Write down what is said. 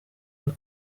aho